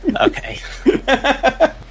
Okay